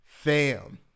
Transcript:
Fam